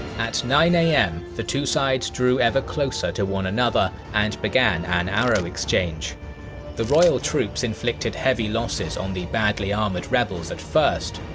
at nine am the two sides drew ever closer to one another and began an arrow exchange the royal troops inflicted heavy losses on the badly armoured rebels at first,